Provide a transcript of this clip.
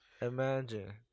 Imagine